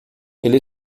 ele